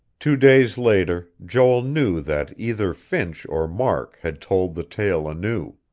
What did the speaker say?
two days later, joel knew that either finch or mark had told the tale anew.